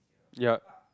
yup